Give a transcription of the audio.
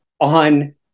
on